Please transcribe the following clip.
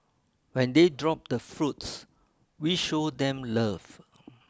when they drop the fruits we show them love